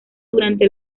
durante